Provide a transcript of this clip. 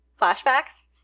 Flashbacks